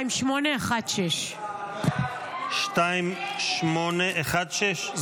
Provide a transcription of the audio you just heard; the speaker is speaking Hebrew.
2816. 2816?